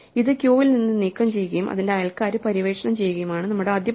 ഇത് ക്യൂവിൽ നിന്ന് നീക്കം ചെയ്യുകയും അതിന്റെ അയൽക്കാരെ പര്യവേക്ഷണം ചെയ്യുകയുമാണ് നമ്മുടെ ആദ്യ പടി